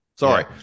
Sorry